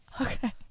Okay